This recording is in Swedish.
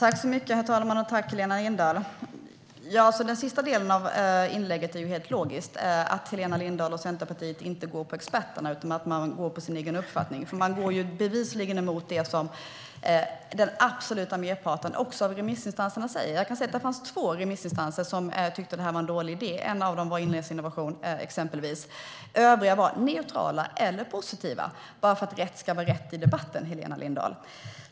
Herr talman! Tack, Helena Lindahl! Den sista delen av inlägget är helt logisk, att Helena Lindahl och Centerpartiet inte följer experterna utan har sin egen uppfattning. De går bevisligen emot det som också den absoluta merparten av remissinstanserna säger. Det fanns två remissinstanser som tyckte att detta var en dålig idé. En av dem var Inlandsinnovation. Övriga var neutrala eller positiva. Det säger jag bara för att rätt ska vara rätt i debatten, Helena Lindahl.